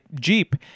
jeep